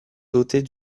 dotées